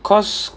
cause